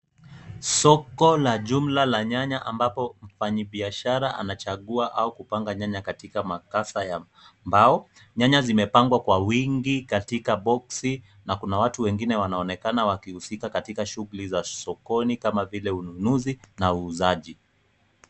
Soko la jumla la nyanya, ambapo mfanyibiashara anachagua au kupanga nyanya katika makasa ya mbao. Nyanya zimepangwa kwa wingi katika boksi na kuna watu wengine wanaonekana wakihusika katika shughuli za sokoni kama vile ununuzi na uuzaji.